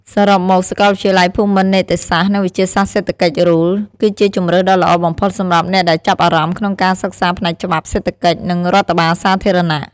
សរុបមក សាកលវិទ្យាល័យភូមិន្ទនីតិសាស្ត្រ និងវិទ្យាសាស្ត្រសេដ្ឋកិច្ច RULE គឺជាជម្រើសដ៏ល្អបំផុតសម្រាប់អ្នកដែលចាប់អារម្មណ៍ក្នុងការសិក្សាផ្នែកច្បាប់ សេដ្ឋកិច្ច និងរដ្ឋបាលសាធារណៈ។